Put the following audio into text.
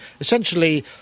essentially